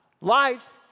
Life